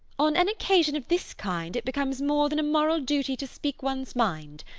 on an occasion of this kind it becomes more than a moral duty to speak one's mind.